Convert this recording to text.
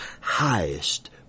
highest